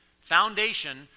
Foundation